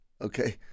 okay